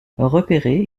repéré